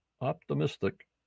optimistic